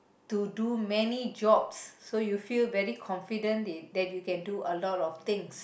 to do many jobs so you feel very confident that you can do a lot of things